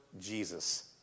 Jesus